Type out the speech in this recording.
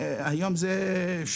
היום זה מצרך בסיסי.